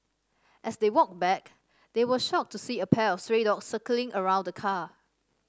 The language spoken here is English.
as they walked back they were shocked to see a pack of stray dogs circling around the car